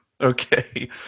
Okay